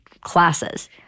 classes